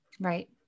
Right